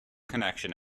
connection